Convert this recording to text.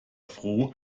froh